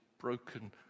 broken